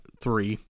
three